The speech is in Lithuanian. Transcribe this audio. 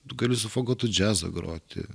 gali su fagotu džiazą groti